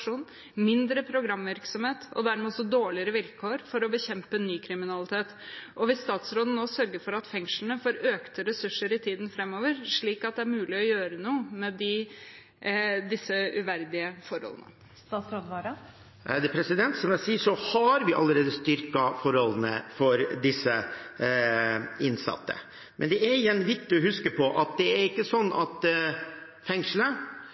mindre programvirksomhet og dermed også dårligere vilkår for å bekjempe ny kriminalitet? Vil statsråden sørge for at fengslene får økte ressurser i tiden framover, slik at det er mulig å gjøre noe med disse uverdige forholdene? Som jeg sa, har vi allerede styrket forholdene for disse innsatte, men det er igjen viktig å huske på at fengselet ikke setter noen i isolasjon av hensyn til ressursmangel. Dette er mennesker som er idømt fengselsstraff av en domstol, ikke